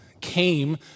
came